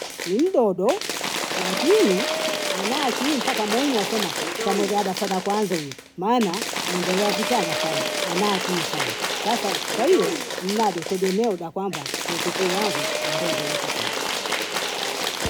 Ni mdodo, lakini anaa akili mpaka mwenye wasema tamugwa dasa kwanza uyu, maana anaendelea vitana sana, anaa akili sana, sasa kwahiyo mnado tegemeo da kwamba mzukuu wangu wenda ndelee kusoma.